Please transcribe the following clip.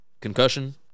concussion